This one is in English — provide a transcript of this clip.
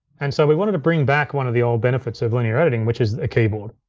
and so we wanted to bring back one of the old benefits of linear editing, which is a keyboard.